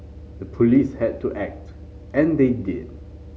the police had to act and they did